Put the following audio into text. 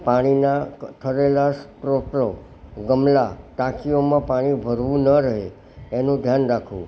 પાણીના ઠરેલા સ્ત્રોતો ગમલા ટાંકીઓમાં પાણી ભરેલું ન રહે એનું ધ્યાન રાખવું